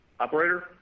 Operator